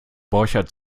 borchert